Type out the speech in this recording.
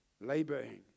laboring